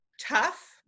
tough